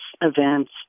events